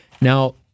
Now